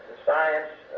science